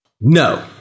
No